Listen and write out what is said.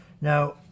Now